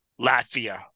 Latvia